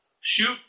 shoot